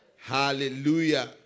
Hallelujah